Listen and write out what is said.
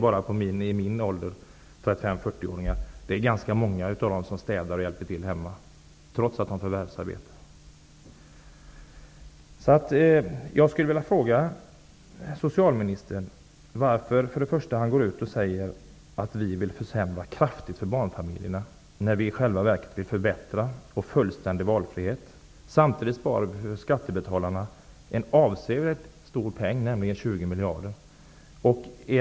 Bland män i min ålder, 35--40 år, är det ganska många som städar och hjälper till hemma trots att de förvärvsarbetar. Skattebetalarna skulle samtidigt spara en avsevärd peng: 20 miljarder.